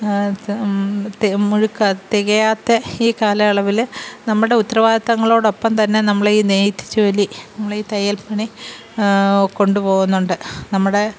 മുഴുക്കെ തികയാത്ത ഈ കാലയളവിൽ നമ്മുടെ ഉത്തരവാദിത്തങ്ങളോടൊപ്പം തന്നെ നമ്മളീ നെയ്ത്ത് ജോലി നമ്മൾ ഈ തയ്യല് പണി കൊണ്ടുപോവുന്നുണ്ട് നമ്മുടെ